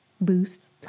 boost